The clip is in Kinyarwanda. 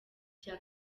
icya